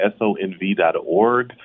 SONV.org